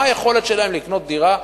מה היכולת שלהם לקנות דירה?